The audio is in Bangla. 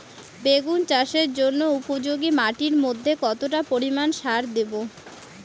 বেগুন চাষের জন্য উপযোগী মাটির মধ্যে কতটা পরিমান সার দেব?